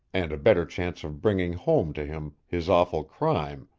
and a better chance of bringing home to him his awful crime,